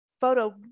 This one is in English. photo